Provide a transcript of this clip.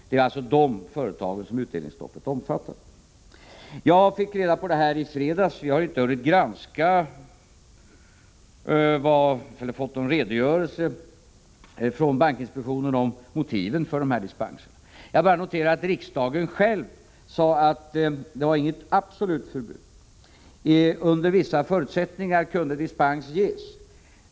Det är dessa företag som utdelningsstoppet omfattar. Jag fick reda på att bankinspektionen har beviljat dessa dispenser först i fredags, och jag har inte hunnit få någon redogörelse från bankinspektionen för motiven för dispenserna. Jag noterar bara att riksdagen själv har sagt att det inte var något absolut förbud. Under vissa förutsättningar kunde dispens ges.